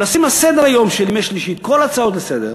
נשים על סדר-היום של ימי שלישי את כל ההצעות לסדר-היום,